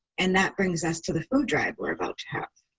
and that brings us to the food drive we're about to have.